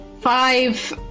Five